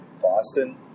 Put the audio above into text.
Boston